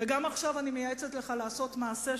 גם עכשיו אני מייעצת לך לעשות מעשה,